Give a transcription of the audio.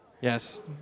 Yes